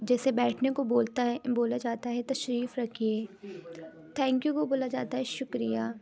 جیسے بیٹھنے کو بولتا ہے بولا جاتا ہے تشریف رکھیے تھینک یو کو بولا جاتا ہے شکریہ